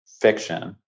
fiction